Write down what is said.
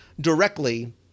directly